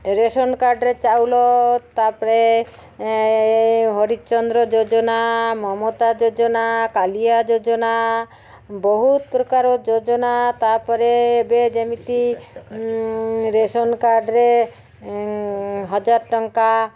ration କାର୍ଡ଼ରେ ଚାଉଳ ତା'ପରେ ହରିଶ୍ଚନ୍ଦ୍ର ଯୋଜନା ମମତା ଯୋଜନା କାଳିଆ ଯୋଜନା ବହୁତ ପ୍ରକାର ଯୋଜନା ତା'ପରେ ଏବେ ଯେମିତି ରେସନ୍ କାର୍ଡ଼ରେ ହଜାର ଟଙ୍କା